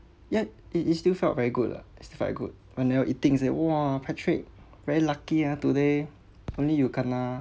yet it is still felt very good lah it's still felt good when they were eating said !wah! patrick very lucky ah today only you kena